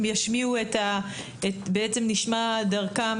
ובעצם נשמע דרכם.